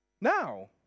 Now